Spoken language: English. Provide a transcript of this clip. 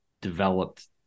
developed